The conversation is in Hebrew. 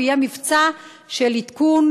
ויהיה מבצע של עדכון,